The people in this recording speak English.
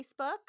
Facebook